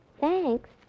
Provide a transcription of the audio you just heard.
Thanks